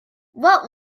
what